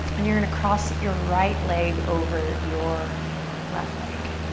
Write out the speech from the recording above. and you're gonna cross your right leg over your left leg.